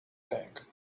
tank